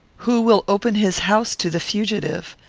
who will open his house to the fugitive?